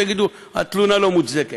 תגידו: התלונה לא מוצדקת.